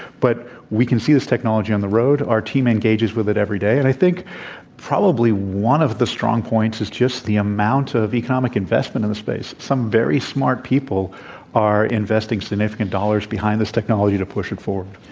but we can see this technology on the road our team engages with it every day. and i think probably one of the strong points is just the amount of economic investment in the space. some very smart people are in investing significant dollars behind this technology to push it forward.